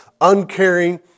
uncaring